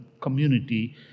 community